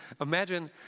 Imagine